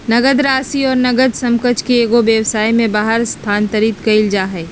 नकद राशि और नकद समकक्ष के एगो व्यवसाय में बाहर स्थानांतरित कइल जा हइ